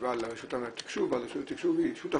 ישיבה על רשות התקשוב, אבל רשות התקשוב היא שותפה,